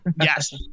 Yes